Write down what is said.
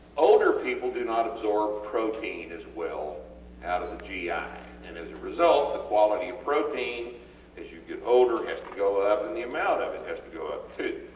older people do not absorb protein as well out of the gi ah and as a result the quality of protein as you get older has to go up and the amount of it has to go up too.